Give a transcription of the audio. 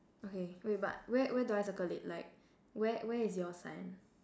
okay wait but where where do I circle it like where where is your sign